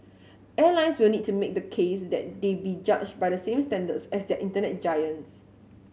airlines will need to make the case that they be judged by the same standards as the Internet giants